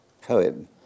poem